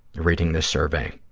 reading this survey.